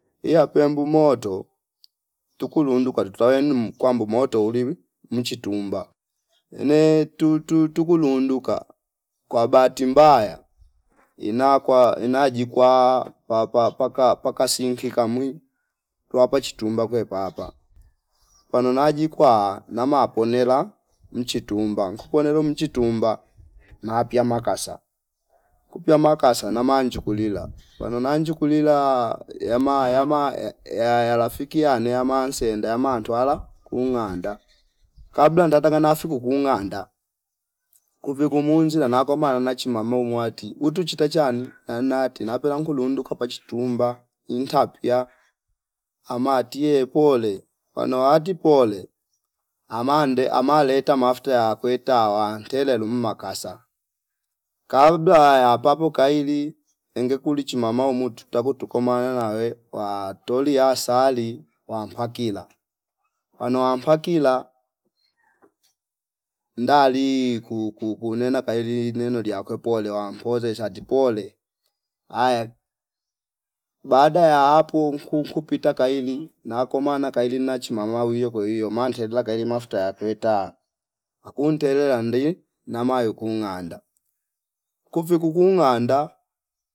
Iya peya embu moto tukulu lundu kwalu twaenum kwambu moto uliwi mchitumba ene tu- tu- tukuluunduka kwa bahati mbaya inakwa inajikwa papa paka- paka- paka singiki kamwi luwa pachitumba kwe papa pano na jikwa nama ponela mchitumba nkukonelo mchitumba mapia makasa kupya makasa namnchukulila pano nanchukulila yama- yama ya- yarafafiki yane yamansenda yamntwala kunganda kabla ndata nasi kunganda kuvi kumunjila nakoma unachi mamo umwati utu chita chani enati napela nkulundu kapachi tumba ntapiya ama tiye pole pano wati pole amande ama leta mafuta yakwe tawa tela lum makasa kabla ya papo kaili enge kulichi mamo umutu tagwo tuku mawoela awe watoolia asali wapankila pano wampakila ndali ku- ku- kunena kaili neno liya kwepo woliwa pole shati pole aya baada ya hapo kupita kaili nakoma na kaili na chimama uwiyo kweio mantedle kaili mafuta yakweta aku ntelera ndi namayo kunganda kuvi kunganda